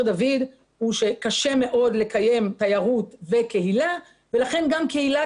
דוד הוא שקשה מאוד לקיים תיירות וקהילה ולכן גם קהילת